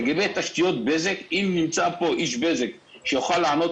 לגבי תשתיות בזק אם נמצא פה איש בזק שיוכל לענות